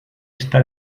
esta